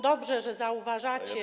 Dobrze, że zauważacie.